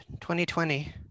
2020